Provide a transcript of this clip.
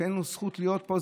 שאין לנו זכות להיות פה,